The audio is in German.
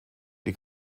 die